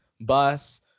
bus